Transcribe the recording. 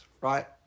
right